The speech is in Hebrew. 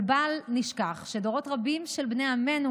אבל בל נשכח שדורות רבים של בני עמנו